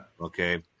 Okay